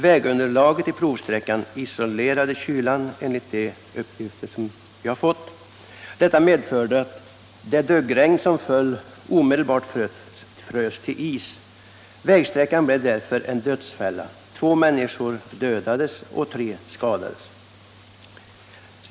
Vägunderlaget på provsträckan isolerade kyla, enligt de uppgifter som jag har fått. Detta medförde att det duggregn som föll omedelbart frös till is. Vägsträckan blev därför en dödsfälla. Två människor dödades och tre skadades.